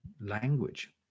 language